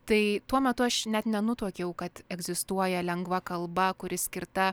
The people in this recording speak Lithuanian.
tai tuo metu aš net nenutuokiau kad egzistuoja lengva kalba kuri skirta